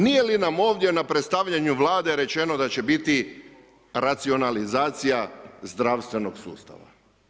Nije li nam ovdje na predstavljanju Vlade rečeno da će biti racionalizacija zdravstvenog sustava?